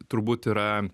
turbūt yra